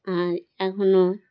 আর এখনো